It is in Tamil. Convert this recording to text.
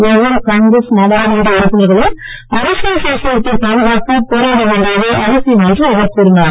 ஒவ்வொரு காங்கிரஸ் நாடாமன்ற உறுப்பினர்களும் அரசியல் சாசனத்தைப் பாதுகாக்க போராட வேண்டியது அவசியம் என்று அவர் கூறினார்